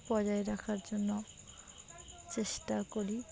বজায় রাখার জন্য চেষ্টা করি